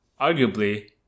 arguably